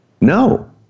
No